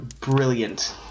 brilliant